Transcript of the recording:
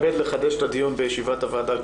הדיון.